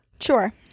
Sure